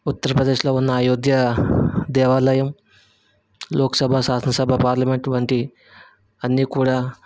ఉత్తరప్రదేశ్లో ఉన్న అయోధ్య దేవాలయం లోకసభ శాసనసభ పార్లమెంటు వంటి అన్ని కూడా